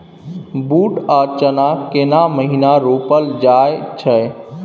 बूट आ चना केना महिना रोपल जाय छै?